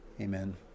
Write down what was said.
Amen